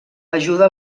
ajuda